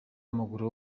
w’amaguru